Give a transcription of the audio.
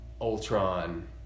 Ultron